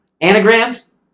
Anagrams